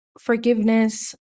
forgiveness